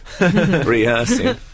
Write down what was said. Rehearsing